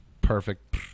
perfect